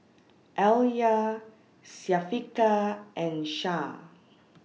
Alya Syafiqah and Shah